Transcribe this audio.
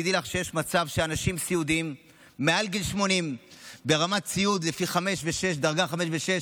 תדעי לך שיש מצב שאנשים סיעודיים מעל גיל 80 ברמת סיעוד בדרגות 5 ו-6